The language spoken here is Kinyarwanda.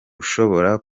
ushobora